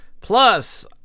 plus